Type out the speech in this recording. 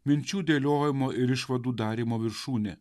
minčių dėliojimo ir išvadų darymo viršūnė